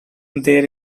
there